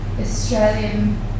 Australian